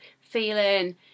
feeling